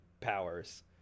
powers